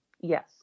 Yes